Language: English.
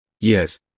Yes